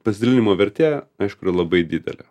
pasidalinimo vertė aišku yra labai didelė